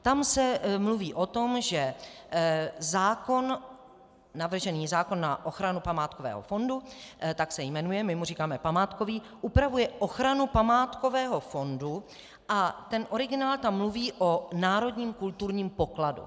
Tam se mluví o tom, že navržený zákon na ochranu památkového fondu, tak se jmenuje, my mu říkáme památkový, upravuje ochranu památkového fondu, a ten originál tam mluví o národním kulturním pokladu.